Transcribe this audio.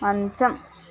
మంచం